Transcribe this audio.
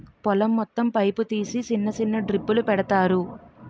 పొలం మొత్తం పైపు తీసి సిన్న సిన్న డ్రిప్పులు పెడతారు